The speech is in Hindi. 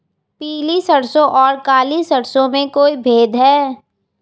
पीली सरसों और काली सरसों में कोई भेद है?